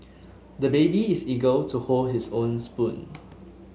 the baby is eager to hold his own spoon